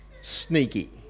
sneaky